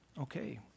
Okay